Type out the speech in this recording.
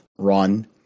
run